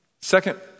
Second